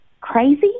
crazy